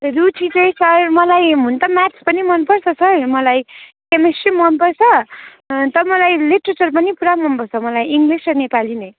रुचि चाहिँ सर मलाई हुनु त म्याथ पनि मनपर्छ सर मलाई केमिस्ट्री पनि मनपर्छ अन्त मलाई लिटरेचर पनि पुरा मनपर्छ मलाई इङ्लिस र नेपाली नै